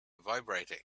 vibrating